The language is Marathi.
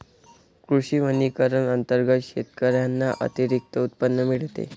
कृषी वनीकरण अंतर्गत शेतकऱ्यांना अतिरिक्त उत्पन्न मिळते